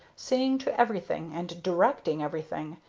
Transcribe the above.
seeing to everything and directing everything.